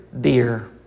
Dear